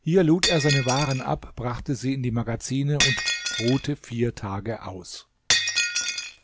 hier lud er seine waren ab brachte sie in die magazine und ruhte vier tage aus